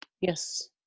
Yes